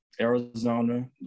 Arizona